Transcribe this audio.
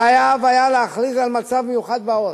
חייב היה להכריז על מצב מיוחד בעורף.